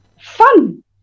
Fun